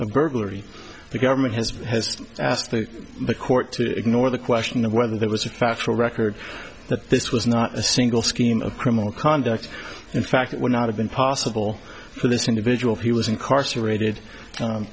a burglary the government has asked the court to ignore the question of whether there was a factual record that this was not a single scheme of criminal conduct in fact it would not have been possible for this individual he was incarcerated